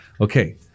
Okay